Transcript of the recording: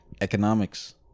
economics